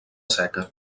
seca